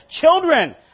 children